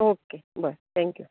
okay बरें thank you